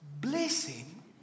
blessing